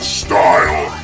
style